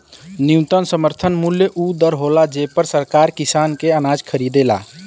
न्यूनतम समर्थन मूल्य उ दर होला जेपर सरकार किसान के अनाज खरीदेला